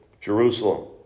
Jerusalem